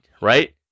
Right